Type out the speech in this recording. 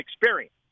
experience